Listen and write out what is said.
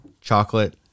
chocolate